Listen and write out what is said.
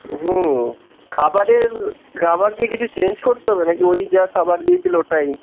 হুম খাবারের খাবার কি কিছু চেঞ্জ করতে হবে না কি ওই যা খাবার দিয়েছিলো ওটাই